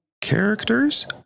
characters